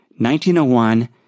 1901